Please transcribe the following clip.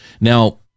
Now